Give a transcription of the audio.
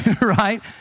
right